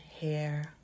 hair